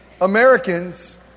Americans